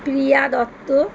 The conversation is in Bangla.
প্রিয়া দত্ত